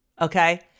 okay